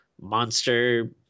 monster